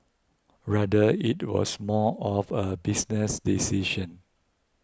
rather it was more of a business decision